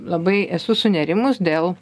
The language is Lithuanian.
labai esu sunerimus dėl